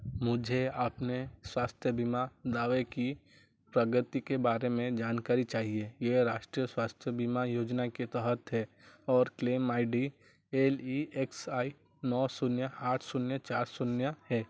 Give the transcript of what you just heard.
मुझे अपने स्वास्थ्य बीमा दावे की प्रगति के बारे में जानकारी चाहिए यह राष्ट्रीय स्वास्थ्य बीमा योजना के तहत है और claim I D L E X I नौ शून्य आठ शून्य चार शून्य है